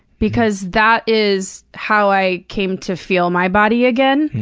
because that is how i came to feel my body again.